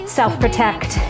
self-protect